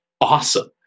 awesome